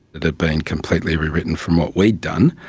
it had been completely rewritten from what we'd done,